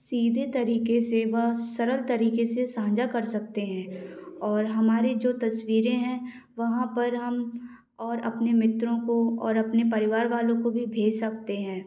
सीधे तरीके से व सरल तरीके से साझा कर सकते हैं और हमारे जो तस्वीरे हैं वहाँ पर हम और अपने मित्रों को और अपने परिवार वालों को भी भेज सकते हैं